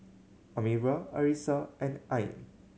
Amirah Arissa and Ain